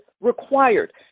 required